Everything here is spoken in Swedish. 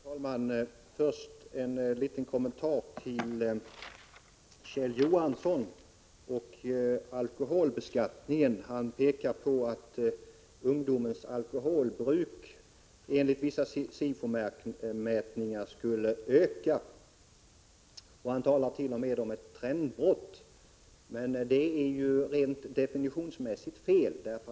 Herr talman! Först en liten kommentar till vad Kjell Johansson sade om alkoholbeskattningen. Han pekade på att ungdomens alkoholbruk enligt vissa SIFO-mätningar skulle öka, och han talade t.o.m. om ett trendbrott. Rent definitionsmässigt är det fel.